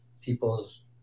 people's